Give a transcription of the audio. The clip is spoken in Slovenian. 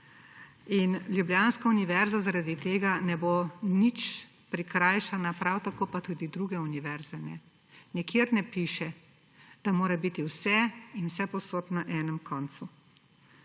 Ljubljanska univerza zaradi tega ne bo nič prikrajšana, prav tako pa tudi druge univerze ne. Nikjer ne piše, da mora biti vse in vsepovsod na enem koncu.